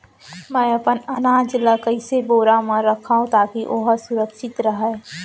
मैं अपन अनाज ला कइसन बोरा म रखव ताकी ओहा सुरक्षित राहय?